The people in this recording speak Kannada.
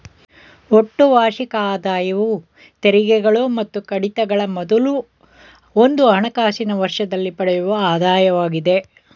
ಒಟ್ಟು ವಾರ್ಷಿಕ ಆದಾಯವು ತೆರಿಗೆಗಳು ಮತ್ತು ಕಡಿತಗಳ ಮೊದಲು ಒಂದು ಹಣಕಾಸಿನ ವರ್ಷದಲ್ಲಿ ಪಡೆಯುವ ಆದಾಯವಾಗಿದೆ